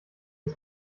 bis